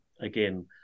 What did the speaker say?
again